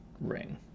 ring